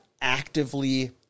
actively